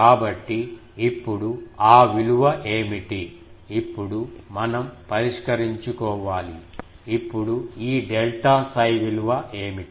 కాబట్టి ఇప్పుడు ఆ విలువ ఏమిటి ఇప్పుడు మనం పరిష్కరించుకోవాలి ఇప్పుడు ఈ డెల్టా 𝜓 విలువ ఏమిటి